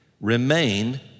remain